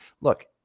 look